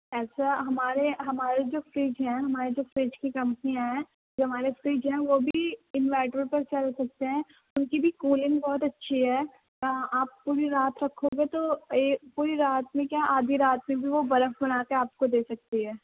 ایسا ہمارے ہمارے جو فریج ہیں ہمارے جو فریج کی کمپنیاں ہیں جو ہمارے فریج ہیں وہ بھی انوائیٹر پہ چل سکتے ہیں اُن کی بھی کولنگ بہت اچھی ہے آپ پوری رات رکھو گے تو ایک پوری رات میں کیا آدھی رات میں بھی وہ برف بنا کے آپ کو دے سکتی ہے